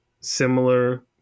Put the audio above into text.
similar